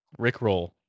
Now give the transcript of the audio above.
Rickroll